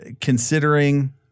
considering